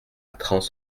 trans